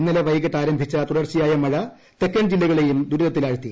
ഇന്നലെ വൈകിട്ട് ആരംഭിച്ച തുടർച്ചയായ മഴ തെക്കൻ ജില്ലകളെയും ദുരിതത്തിലാഴ്ത്തി